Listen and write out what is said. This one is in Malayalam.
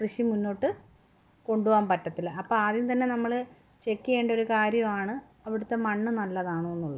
കൃഷി മുന്നോട്ട് കൊണ്ടുപോകാൻ പറ്റത്തില്ല അപ്പം ആദ്യം തന്നെ നമ്മൾ ചെക്ക് ചെയ്യേണ്ട ഒരു കാര്യമാണ് അവിടുത്തെ മണ്ണ് നല്ലതാണോ എന്നുള്ളത്